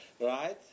right